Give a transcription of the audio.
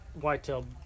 whitetail